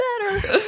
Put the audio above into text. better